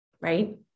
Right